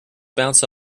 bounce